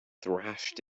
thrashed